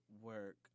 work